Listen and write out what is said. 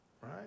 Right